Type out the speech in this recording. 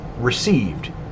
received